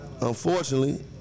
unfortunately